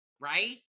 Right